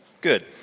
Good